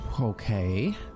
Okay